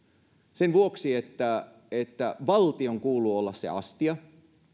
sen vuoksi että että valtion kuuluu olla se astia